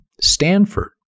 Stanford